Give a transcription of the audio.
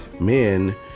men